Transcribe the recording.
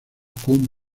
con